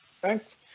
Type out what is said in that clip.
Thanks